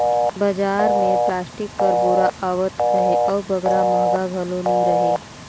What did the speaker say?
बजार मे पलास्टिक कर बोरा आवत अहे अउ बगरा महगा घलो नी रहें